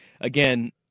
again